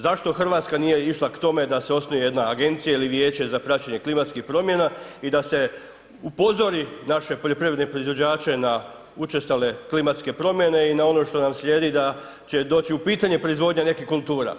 Zašto Hrvatska nije išla k tome da se osnuje jedna agencija ili vijeće za praćenje klimatskih promjena i da se upozori naše poljoprivredne proizvođače na učestale klimatske promjene i na ono što nam slijedi da će doći u pitanje proizvodnja nekih kultura.